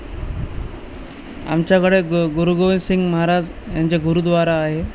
आमच्याकडे ग गुरूगोविंदसिंग महाराज यांचे गुरुद्वारा आहे